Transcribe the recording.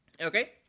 Okay